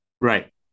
Right